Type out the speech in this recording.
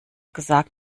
gesagt